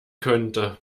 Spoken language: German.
könnte